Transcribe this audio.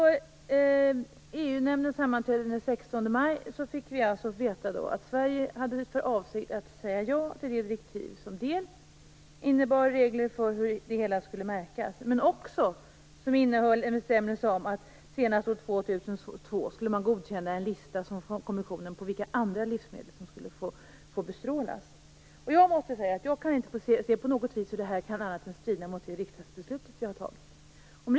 På EU-nämndens sammanträde den 16 maj fick vi veta att Sverige hade för avsikt att säga ja till det direktiv som dels innebar regler för hur det hela skulle märkas, dels innehöll en bestämmelse om att man senast år 2002 skulle godkänna en lista från kommissionen på vilka andra livsmedel som skulle få bestrålas. Jag kan inte på något vis se hur detta kan annat än strida mot det riksdagbeslut som fattats.